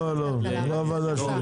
זו לא הוועדה שלי.